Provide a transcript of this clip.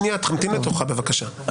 תמתין לתורך בבקשה.